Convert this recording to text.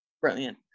brilliant